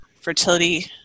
fertility